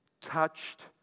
touched